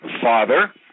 father